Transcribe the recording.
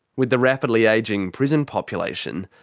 with the rapidly ageing prison population,